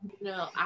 no